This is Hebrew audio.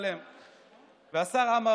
וירושלים השנייה הייתה שם,